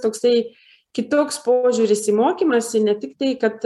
toksai kitoks požiūris į mokymąsi ne tik tai kad